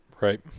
Right